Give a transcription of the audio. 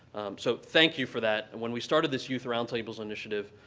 so thank you for that. when we started this youth roundtables initiative,